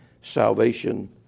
salvation